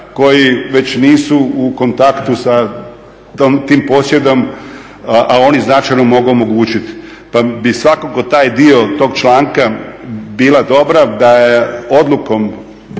koji već nisu u kontaktu sa tim posjedom, a oni značajno mogu omogućiti pa bi svakako taj dio, tog članka bila dobra da je odlukom